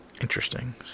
interesting